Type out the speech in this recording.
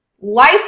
life